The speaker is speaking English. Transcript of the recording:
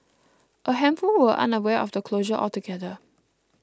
a handful were unaware of the closure altogether